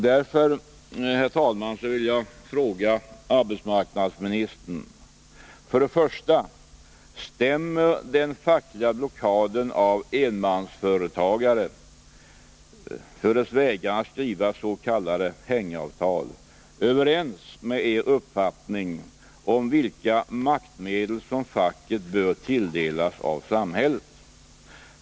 Därför, herr talman, vill jag fråga arbetsmarknadsministern: För det första: Stämmer den fackliga blockaden mot enmansföretagare för Nr 68 deras vägran att skriva s.k. hängavtal överens med er uppfattning om vilka maktmedel facket bör tilldelas i samhället?